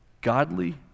godly